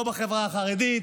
לא בחברה החרדית,